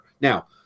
Now